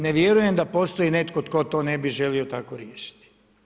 Ne vjerujem da postoji netko tko to ne bi želio tako riješiti.